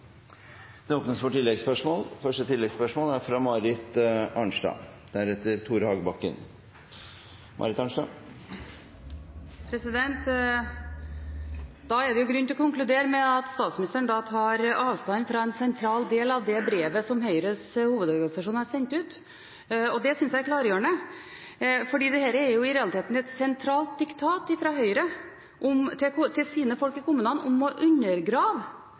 Det åpnes for oppfølgingsspørsmål – først Marit Arnstad. Da er det grunn til å konkludere med at statsministeren tar avstand fra en sentral del av det brevet som Høyres hovedorganisasjon har sendt ut. Det synes jeg er klargjørende, for dette er jo i realiteten et sentralt diktat fra Høyre til sine folk i kommunene om å undergrave